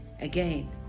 again